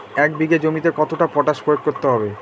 এক বিঘে জমিতে কতটা পটাশ প্রয়োগ করতে হবে?